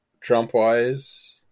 Trump-wise